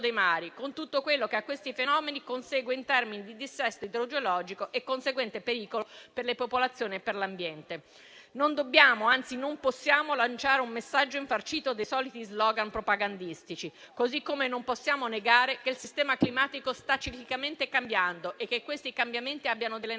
con tutto quello che a questi fenomeni consegue in termini di dissesto idrogeologico e conseguente pericolo per le popolazioni e per l'ambiente. Non dobbiamo, anzi, non possiamo lanciare un messaggio infarcito dei soliti slogan propagandistici; così come non possiamo negare che il sistema climatico sta ciclicamente cambiando e che questi cambiamenti abbiano naturali